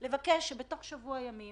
זה לבקש שבתוך שבוע ימים